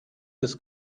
das